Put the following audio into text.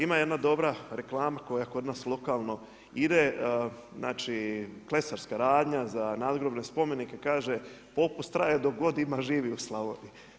Ima jedna dobra reklama koja kod nas lokalno ide, znači, klesarska radnja, za nadgrobne spomenike, kaže, popust traje dok god ima živih u Slavoniji.